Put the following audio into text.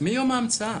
מיום ההמצאה.